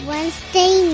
Wednesday